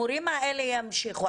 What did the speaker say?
כלומר, המורים האלה ימשיכו.